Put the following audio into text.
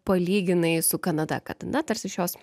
palyginai su kanada kad na tarsi šios